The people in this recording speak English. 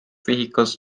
vehicles